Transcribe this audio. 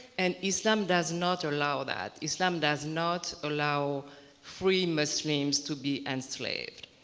and islam does not allow that. islam does not allow free muslims to be enslaved.